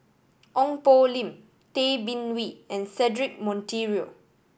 Ong Poh Lim Tay Bin Wee and Cedric Monteiro